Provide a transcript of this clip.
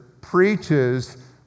preaches